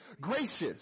gracious